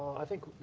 i think,